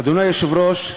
אדוני היושב-ראש,